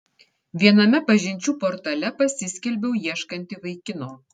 viename pažinčių portale pasiskelbiau ieškanti vaikino